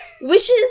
wishes